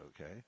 okay